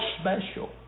special